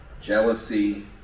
jealousy